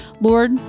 Lord